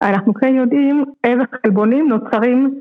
אנחנו כן יודעים איזה חלבונים נוצרים